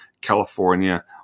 California